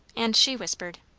and she whispered,